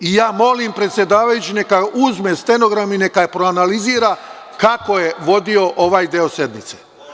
Ja molim predsedavajućeg neka uzme stenogram i neka je proanalizira, da vidi kako je vodio ovaj deo sednice.